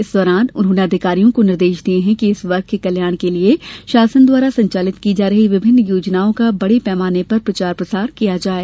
इस दौरान उन्होंने अधिकारियों को निर्देश दिये कि इस वर्ग के कल्याण के लिये शासन द्वारा संचालित की जा रही विभिन्न योजनाओं का बड़े पैमाने पर प्रचार प्रसार किया जाये